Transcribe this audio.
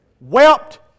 Wept